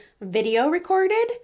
video-recorded